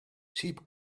cheap